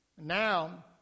Now